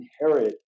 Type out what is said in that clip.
inherit